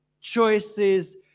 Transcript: choices